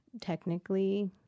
technically